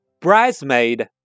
bridesmaid